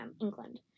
England